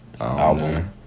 album